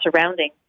surrounding